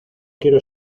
quiero